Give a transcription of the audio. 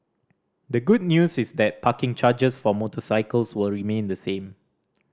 the good news is that parking charges for motorcycles will remain the same